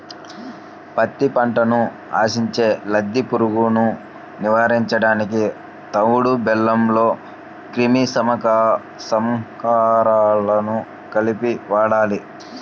పత్తి పంటను ఆశించే లద్దె పురుగులను నివారించడానికి తవుడు బెల్లంలో క్రిమి సంహారకాలను కలిపి వాడాలి